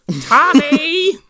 Tommy